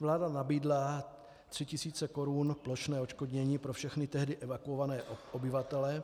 Vláda nabídla tři tisíce korun plošné odškodnění pro všechny tehdy evakuované obyvatele,